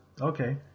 okay